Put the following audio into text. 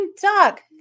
Duck